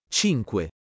cinque